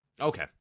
Okay